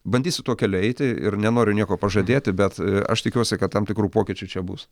bandysiu tuo keliu eiti ir nenoriu nieko pažadėti bet aš tikiuosi kad tam tikrų pokyčių čia bus